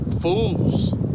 fools